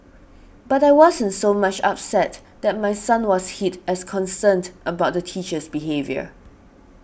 but I wasn't so much upset that my son was hit as concerned about the teacher's behaviour